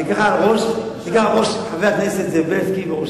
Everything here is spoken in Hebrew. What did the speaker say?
אני אקרא לך חבר הכנסת זאב בילסקי,